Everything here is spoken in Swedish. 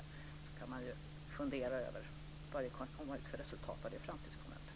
Då kan man ju fundera över vad det kommer att bli för resultat av det här framtidskonventet.